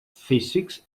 physics